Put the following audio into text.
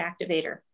activator